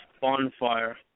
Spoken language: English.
bonfire